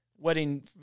Wedding